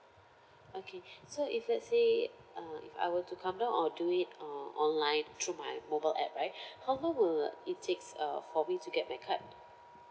okay so if let's say uh if I were to come down or do it uh online through my mobile app right how long will it takes uh for me to get my card